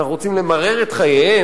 אנחנו רוצים למרר את חייהם?